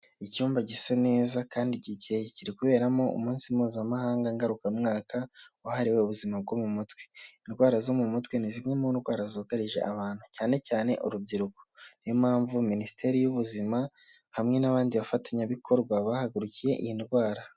Icyumba gisa neza gikeye kandi kiri kuberamo umunsi mpuzamahanga ngarukamwaka, wahariwe ubuzima bwo mu mutwe. Indwara zo mu mutwe, ni zimwe mu ndwara zugarije abantu cyane cyane urubyirukoyo, niyo mpamvu minisiteri y'ubuzima hamwe n'abandi bafatanyabikorwa, bahagurukiye iyi ndwara.